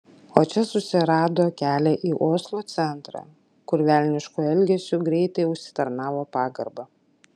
o čia susirado kelią į oslo centrą kur velnišku elgesiu greitai užsitarnavo pagarbą